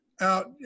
out